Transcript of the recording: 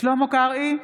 שלמה קרעי,